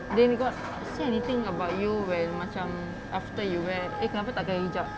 they will got say anything about you when macam after you wear eh kenapa tak pakai hijab